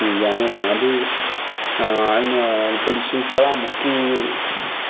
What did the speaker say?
ꯌꯥꯅꯦꯕ ꯑꯗꯨ ꯑꯩꯅ ꯂꯨꯄꯥ ꯂꯤꯁꯤꯡ ꯇꯔꯥꯃꯨꯛꯀꯤ